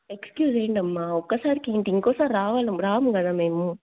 excuse ఏమిటమ్మా ఒక్కసారికి ఏమిటి ఇంకోసారి రాము కదా మేము